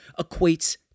equates